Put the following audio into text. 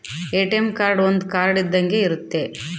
ATM card ಒಂದ್ card ಇದ್ದಂಗೆ ಇರುತ್ತೆ